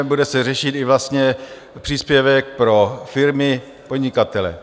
Bude se řešit vlastně i příspěvek pro firmy, podnikatele.